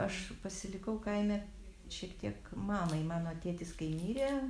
aš pasilikau kaime šiek tiek mamai mano tėtis kai mirė